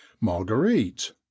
marguerite